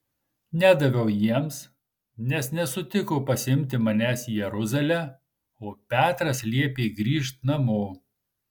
nedaviau jiems nes nesutiko pasiimti manęs į jeruzalę o petras liepė grįžt namo